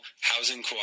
housing